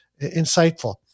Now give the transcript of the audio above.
insightful